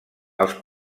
els